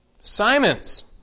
Simon's